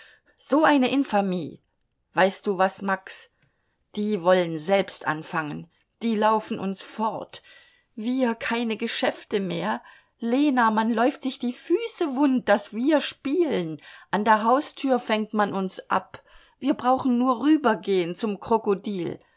so eine infamie weißt du was max die wollen selbst anfangen die laufen uns fort wir keine geschäfte mehr lena man läuft sich die füße wund daß wir spielen an der haustür fängt man uns ab wir brauchten nur rübergehen zum krokodil